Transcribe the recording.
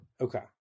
Okay